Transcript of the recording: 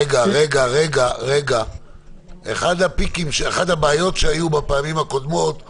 רגע, אחת הבעיות שהיו בפעמים הקודמות היא